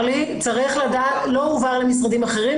לא הועבר למשרדים אחרים,